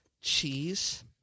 Cheese